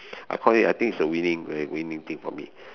I call it I think is a winning a winning thing for me